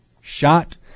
shot